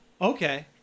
Okay